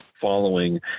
following